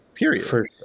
period